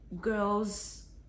girls